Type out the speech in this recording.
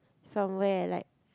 from where like